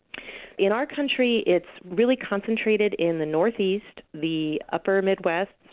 in our country, it's really concentrated in the northeast, the upper midwest,